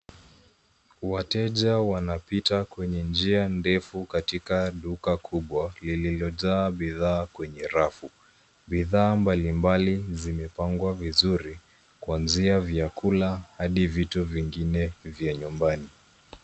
Wateja wanapita kwenye njia ndefu katika duka kubwa, lililojaa bidhaa kwenye rafu. Bidhaa mbalimbali zimepangwa vizuri, kuanzia vyakula hadi vitu vingine vya nyumbani.